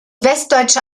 westdeutsche